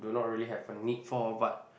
not really have a need for but